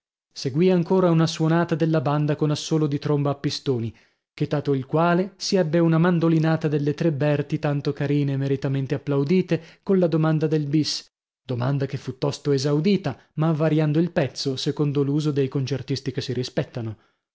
seguì ancora una suonata della banda con assòlo di tromba a pistoni chetato il quale si ebbe una mandolinata delle tre berti tanto carine e meritamente applaudite colla domanda del bis domanda che fu tosto esaudita ma variando il pezzo secondo l'uso dei concertisti che si rispettano